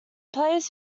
players